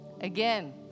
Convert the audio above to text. Again